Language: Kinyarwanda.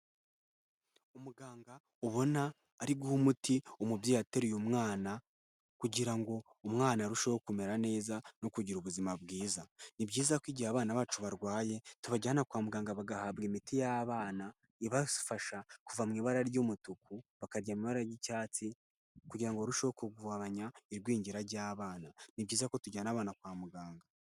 Umuganga ubona ari guha umuti umubyeyi ateruye umwana kugira ngo umwana arusheho kumera neza no kugira ubuzima bwiza, ni byiza ko igihe abana bacu barwaye tubajyana kwa muganga bagahabwa imiti y'abana ibafasha kuva mu ibara ry'umutuku bakajya mu ibara ry'icyatsi kugira ngo barusheho kugabanya igwingira ry'abana, ni byiza ko tujyana abana kwa muganga.